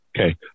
Okay